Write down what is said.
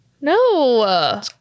No